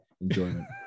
enjoyment